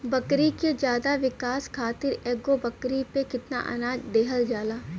बकरी के ज्यादा विकास खातिर एगो बकरी पे कितना अनाज देहल जाला?